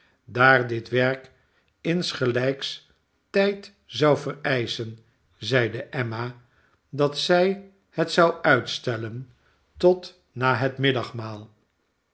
daar dit werk insgelijks tijd zou vereischen zeide emma dat zij het zou uitstellen tot na het